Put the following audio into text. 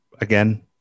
again